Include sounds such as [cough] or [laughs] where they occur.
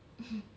[laughs]